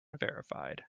verified